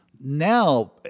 Now